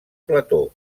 plató